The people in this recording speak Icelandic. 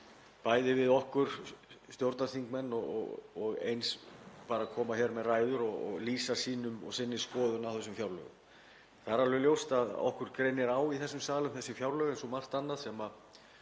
bæði við okkur stjórnarþingmenn og eins að koma hér með ræður og lýsa sínum skoðunum á þessum fjárlögum. Það er alveg ljóst að okkur greinir á í þessum sal um þessi fjárlög eins og margt annað sem í